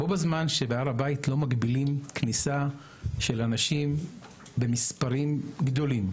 בזמן שבהר הבית לא מגבילים כניסה של אנשים במספרים גדולים,